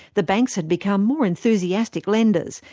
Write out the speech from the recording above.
the banks had become more enthusiastic lenders,